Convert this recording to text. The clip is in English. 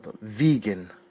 Vegan